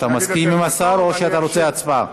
אתה מסכים עם השר או שאתה רוצה הצבעה?